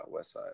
Westside